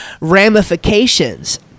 ramifications